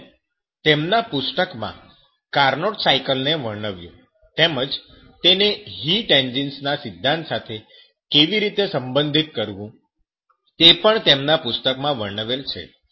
તેમણે તેમના પુસ્તકમાં કાર્નોટ સાયકલ ને વર્ણવ્યું તેમજ તેને હીટ એન્જિન્સ ના સિદ્ધાંત સાથે કેવી રીતે સંબંધિત કરવું તે પણ તેમના પુસ્તકમાં વર્ણવેલ છે